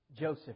Joseph